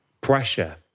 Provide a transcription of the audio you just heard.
pressure